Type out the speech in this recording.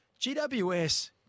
GWS